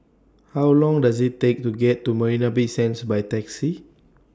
How Long Does IT Take to get to Marina Bay Sands By Taxi